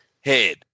head